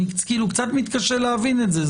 אני קצת מתקשה להבין את זה.